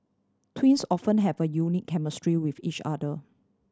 twins often have a unique chemistry with each other